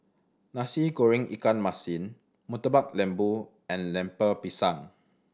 Nasi Goreng ikan masin Murtabak Lembu and Lemper Pisang